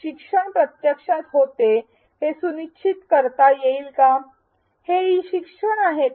शिक्षण प्रत्यक्षात होते हे सुनिश्चित करता येईल का हे ई शिक्षण आहे का